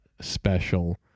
special